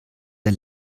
der